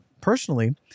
personally